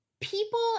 people